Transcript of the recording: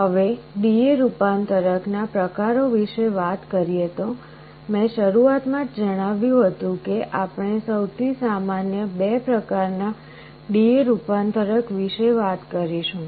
હવે DA રૂપાંતરક ના પ્રકારો વિશે વાત કરીએ તો મેં શરૂઆતમાં જ જણાવ્યું હતું કે આપણે સૌથી સામાન્ય 2 પ્રકારના DA રૂપાંતરક વિશે વાત કરીશું